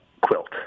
quilt